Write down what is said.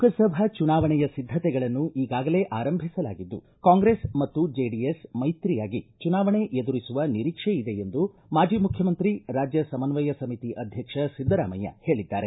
ಲೋಕಸಭಾ ಚುನಾವಣೆಯ ಸಿದ್ದತೆಗಳನ್ನು ಈಗಾಗಲೇ ಆರಂಭಿಸಲಾಗಿದ್ದು ಕಾಂಗ್ರೆಸ್ ಮತ್ತು ಜೆಡಿಎಸ್ ಮೈತ್ರಿಯಾಗಿ ಚುನಾವಣೆ ಎದುರಿಸುವ ನಿರೀಕ್ಷೆ ಇದೆ ಎಂದು ಮಾಜಿ ಮುಖ್ಯಮಂತ್ರಿ ರಾಜ್ಯ ಸಮನ್ವಯ ಸಮಿತಿ ಅಧ್ಯಕ್ಷ ಸಿದ್ದರಾಮಯ್ತ ಹೇಳಿದ್ದಾರೆ